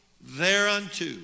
thereunto